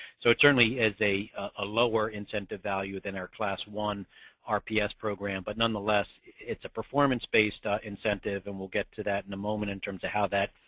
so, certainly is a a lower incentive value within our class one rps program but nonetheless it's a performance-based incentive and we'll get to that in a moment in terms to how that